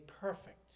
perfect